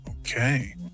Okay